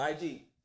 IG